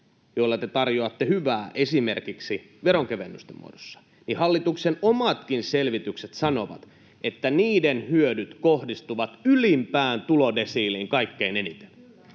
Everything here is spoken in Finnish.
joilla te tarjoatte hyvää esimerkiksi veronkevennysten muodossa, niin hallituksen omatkin selvitykset sanovat, että niiden hyödyt kohdistuvat ylimpään tulodesiiliin kaikkein eniten.